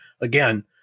again